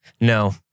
No